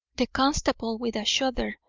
the constable, with a shudder,